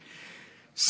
נכבדים,